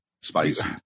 spicy